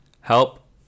help